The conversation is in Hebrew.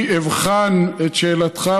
אני אבחן את שאלתך,